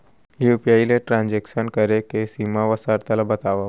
UPI ले transaction करे के सीमा व शर्त ला बतावव?